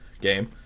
game